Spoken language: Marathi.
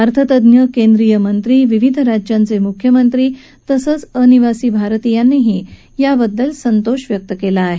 अर्थतज्ञ केंद्रीयमंत्री विविध राज्यांचे मुख्यमंत्री तसंच अनिवासी भारतीयांनीही यावद्दल संतोष व्यक्त केला आहे